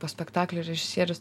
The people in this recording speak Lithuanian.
po spektaklio režisierius